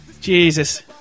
Jesus